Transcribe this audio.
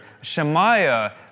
Shemaiah